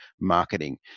marketing